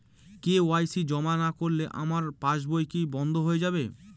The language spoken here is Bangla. কে.ওয়াই.সি জমা না করলে আমার পাসবই কি বন্ধ হয়ে যাবে?